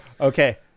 Okay